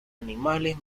animales